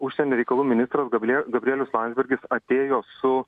užsienio reikalų ministras gabrie gabrielius landsbergis atėjo su